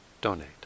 donate